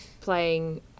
playing